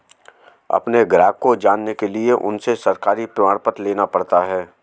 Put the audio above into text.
अपने ग्राहक को जानने के लिए उनसे सरकारी प्रमाण पत्र लेना पड़ता है